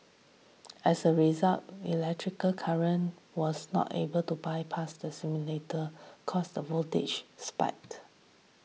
as a result electrical current was not able to bypass the simulator cause the voltage